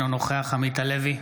אינו נוכח עמית הלוי,